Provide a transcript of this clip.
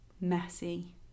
messy